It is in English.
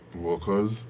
workers